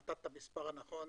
נתת את המספר הנכון